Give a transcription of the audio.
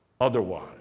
otherwise